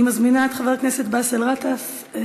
אני מזמינה את חבר הכנסת באסל גטאס,